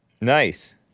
Nice